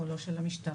לא של המשטרה,